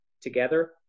together